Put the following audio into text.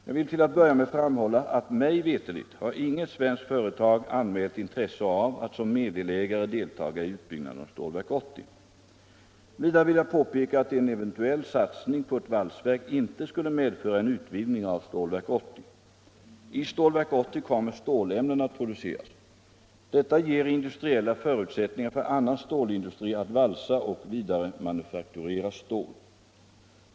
Jag vill till att börja med framhålla att mig veterligt har inget svenskt företag anmält intresse av att som meddelägare delta i utbyggnaden av Stålverk 80. Vidare vill jag påpeka att en eventuell satsning på ett valsverk inte skulle medföra en utvidgning av Stålverk 80. I Stålverk 80 kommer stålämnen att produceras. Detta ger industriella förutsättningar för annan stålindustri att valsa och vidaremanufakturera stål.